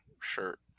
shirt